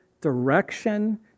direction